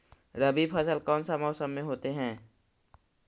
रवि फसल कौन सा मौसम में होते हैं?